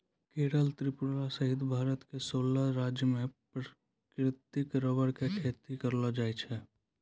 केरल त्रिपुरा सहित भारत के सोलह राज्य मॅ प्राकृतिक रबर के खेती करलो जाय छै